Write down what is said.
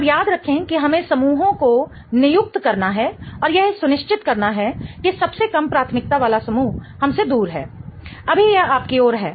अब याद रखें कि हमें समूहों को नियुक्त करना है और यह सुनिश्चित करना है कि सबसे कम प्राथमिकता वाला समूह हमसे दूर है अभी यह आपकी ओर है